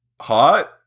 hot